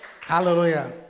Hallelujah